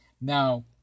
now